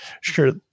sure